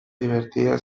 divertida